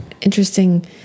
interesting